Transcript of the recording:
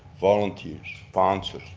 volunteers, sponsors,